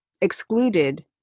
excluded